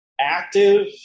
active